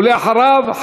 ואחריו,